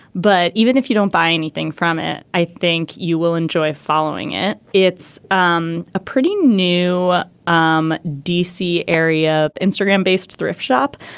but even if you don't buy anything from it i think you will enjoy following it. it's um a pretty new um d c. area instagram based thrift shop.